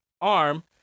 arm